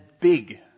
big